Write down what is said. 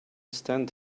stand